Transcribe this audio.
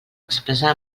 expressar